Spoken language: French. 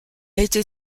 été